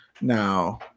Now